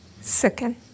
second